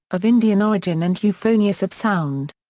of indian origin and euphonious of sound.